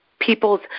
people's